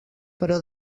però